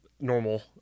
normal